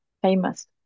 famous